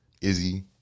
Izzy